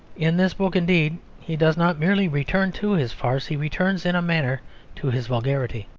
in this book indeed he does not merely return to his farce he returns in a manner to his vulgarity.